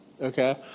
okay